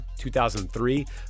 2003